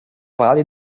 vale